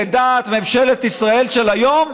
לדעת ממשלת ישראל של היום,